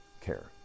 care